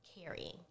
carrying